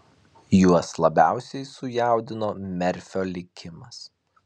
juos labiausiai sujaudino merfio likimas